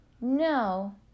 no